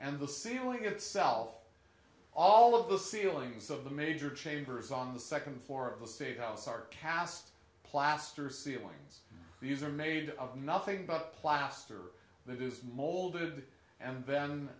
and the ceiling itself all of the ceilings of the major chambers on the second floor of the state house are cast plaster ceilings these are made of nothing but plaster there's molded and then